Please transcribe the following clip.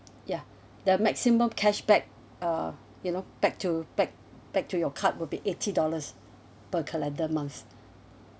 ya the maximum cashback uh you know back to back back to your card will be eighty dollars per calendar month